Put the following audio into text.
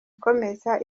ukomeza